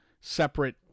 separate